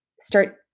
start